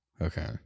Okay